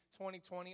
2020